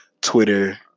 Twitter